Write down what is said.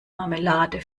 marmelade